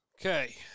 Okay